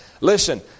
Listen